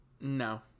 No